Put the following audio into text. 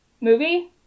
movie